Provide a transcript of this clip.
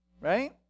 right